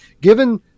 Given